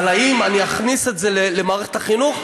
אבל האם אכניס את זה למערכת החינוך?